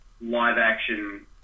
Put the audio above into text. live-action